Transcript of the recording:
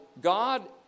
God